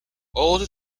oral